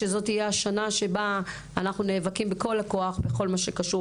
שזאת תהיה השנה שבה אנחנו נאבקים בכל הכוח בכל מה שקשור